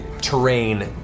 terrain